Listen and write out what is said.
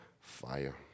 fire